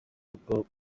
bwo